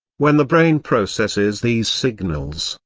when the brain processes these signals,